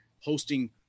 hosting